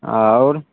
आओर